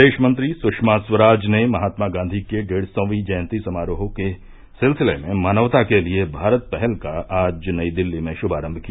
विदेश मंत्री सुषमा स्वराज ने महात्मा गांधी के डेढ़ सौवी जयन्ती समारोहों के सिलसिले में मानवता के लिए भारत पहल का आज नई दिल्ली में शुनारम्म किया